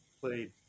Played